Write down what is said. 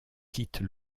quitte